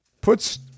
puts